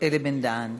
אלי בן-דהן.